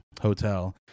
hotel